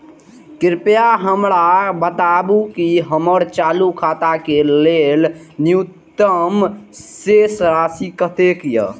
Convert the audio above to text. कृपया हमरा बताबू कि हमर चालू खाता के लेल न्यूनतम शेष राशि कतेक या